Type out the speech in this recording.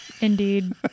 Indeed